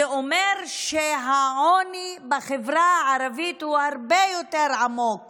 זה אומר שהעוני בחברה הערבית הוא הרבה יותר עמוק